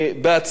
לערוץ.